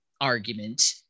argument